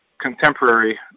contemporary